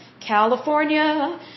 California